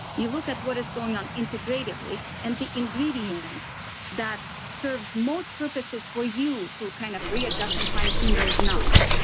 you look at what is going on integratively and the ingredient and that serves most purposes for you to kind of readjust and fine tune those knobs.